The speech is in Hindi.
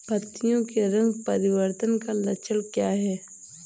पत्तियों के रंग परिवर्तन का लक्षण क्या है?